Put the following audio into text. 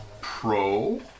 Pro